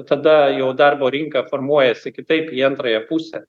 tada jau darbo rinka formuojasi kitaip į antrąją pusę